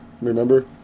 Remember